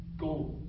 go